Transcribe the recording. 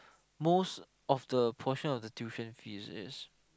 most of the portion of the tuition fees is